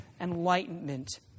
enlightenment